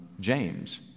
James